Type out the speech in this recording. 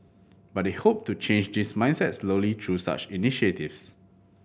but they hope to change this mindset slowly through such initiatives